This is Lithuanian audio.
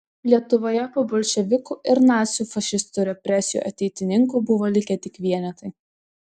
lietuvoje po bolševikų ir nacių fašistų represijų ateitininkų buvo likę tik vienetai